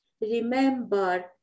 Remember